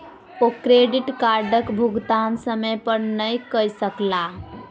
ओ credit कार्डक भुगतान समय पर नै कय सकला